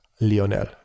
lionel